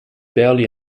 barely